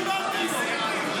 קרעי,